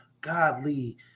godly –